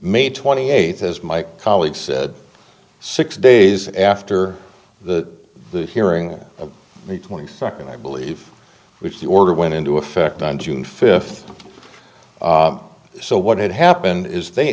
may twenty eighth as my colleague said six days after the hearing the twenty second i believe which the order went into effect on june fifth so what had happened is they